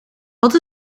wat